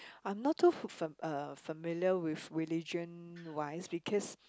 I am not too fam~ too familiar with religion wise because